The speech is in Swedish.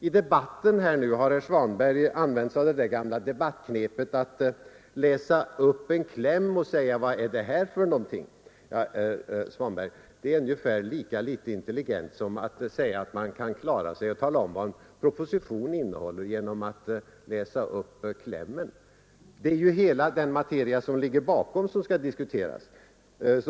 I debatten har herr Svanberg använt sig av det gamla knepet att läsa upp en kläm och säga: ”Vad är det här för någonting?” Ja, herr Svanberg, det är ungefär lika litet intelligent som att säga att man kan tala om vad en proposition innehåller genom att enbart läsa upp klämmen. Det är hela den bakomliggande materian som skall diskuteras.